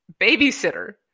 Babysitter